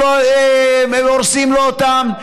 הורסים לו אותן.